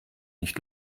nicht